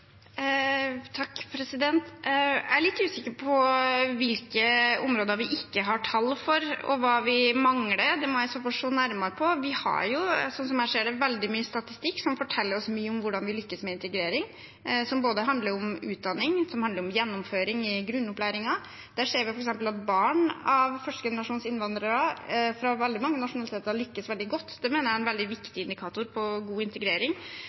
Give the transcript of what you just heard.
Jeg er litt usikker på hvilke områder vi ikke har tall for, og hva vi mangler, det må jeg få se nærmere på. Slik jeg ser det, har vi veldig mye statistikk som forteller oss mye om hvordan vi lykkes med integrering, som handler både om utdanning og om gjennomføring i grunnopplæringen. Der ser vi f.eks. at barn av førstegenerasjons innvandrere av veldig mange nasjonaliteter lykkes veldig godt, og det mener jeg er en veldig viktig indikator på god integrering.